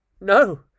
No